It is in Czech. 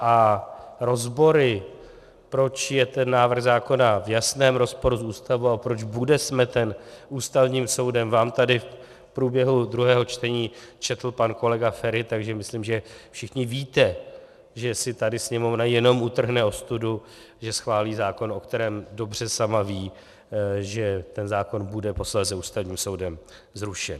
A rozbory, proč je ten návrh zákona v jasném rozporu s Ústavou a proč bude smeten Ústavním soudem, vám tady v průběhu druhého čtení četl pan kolega Feri, takže myslím, že všichni víte, že si tady Sněmovna jenom utrhne ostudu, že schválí zákon, o kterém dobře sama ví, že ten zákon bude posléze Ústavním soudem zrušen.